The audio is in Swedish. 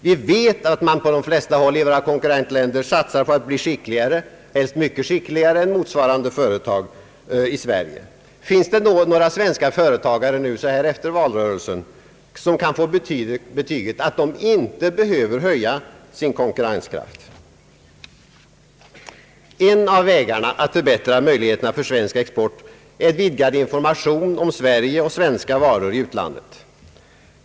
Vi vet att man på de flesta håll i våra konkurrentländer satsar på att bli skickligare, helst mycket skickligare än motsvarande företag i Sverige. Finns det då några svenska företagare, som nu — så här efter valrörelsen — kan få betyget att de inte behöver höja sin konkurrenskraft? En av vägarna att förbättra möjligheterna för svensk export är vidgad information i utlandet om Sverige och svenska varor.